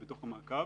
בדוח המעקב.